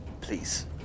please